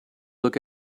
look